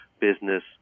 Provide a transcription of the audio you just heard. business